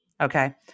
Okay